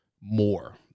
more